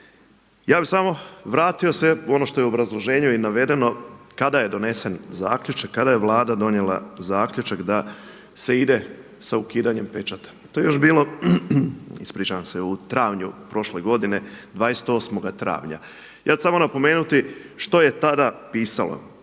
Ja bih samo vratio se u ono što je u obrazloženju i navedeno kada je donesen zaključak, kada je Vlada donijela zaključak da se ide sa ukidanjem pečata. To je još bilo, ispričavam se, u travnju prošle godine, 28. travnja. Ja ću samo napomenuti što je tada pisalo.